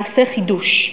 מעשה חידוש.